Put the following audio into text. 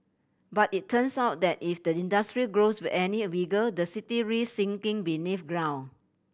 but it turns out that if the industry grows with any bigger the city risk sinking beneath ground